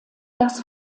das